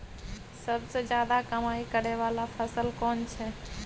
सबसे ज्यादा कमाई करै वाला फसल कोन छै?